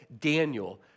Daniel